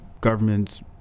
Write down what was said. governments